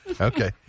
Okay